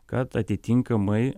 kad atitinkamai